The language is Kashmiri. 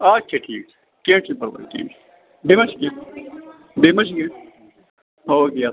آچھا ٹھیٖک چھِ کیٚنٛہہ چھُنہٕ پَرواے ٹھیٖک بیٚیہِ ما چھُ کیٚنٛہہ بیٚیہِ ما چھُ کیٚنٛہہ اوکے اَدٕ